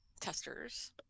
testers